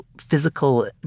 physical